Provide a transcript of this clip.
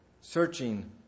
searching